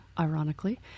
ironically